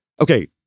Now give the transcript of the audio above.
Okay